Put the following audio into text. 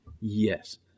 Yes